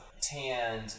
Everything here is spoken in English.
tanned